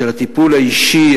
של הטיפול האישי,